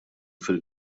fil